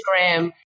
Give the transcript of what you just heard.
Instagram